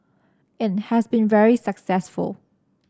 it has been very successful